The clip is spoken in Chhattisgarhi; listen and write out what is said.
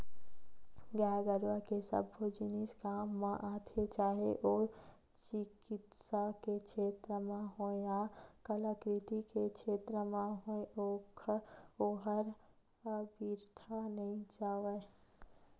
गाय गरुवा के सबो जिनिस काम म आथे चाहे ओ चिकित्सा के छेत्र म होय या कलाकृति के क्षेत्र म होय ओहर अबिरथा नइ जावय